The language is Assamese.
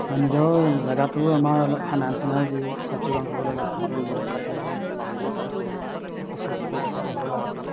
আৰু নিজৰ জেগাটো আমাৰ অলপ ফেনাইল চেনাইল দি চাফ চিকুণ কৰিব লাগে হাবি বন কাটি অলপ মুকলিকৈ ৰাখিব লাগে কিছু ফুল চুল ৰুব লাগে